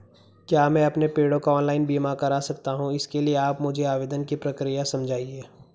क्या मैं अपने पेड़ों का ऑनलाइन बीमा करा सकता हूँ इसके लिए आप मुझे आवेदन की प्रक्रिया समझाइए?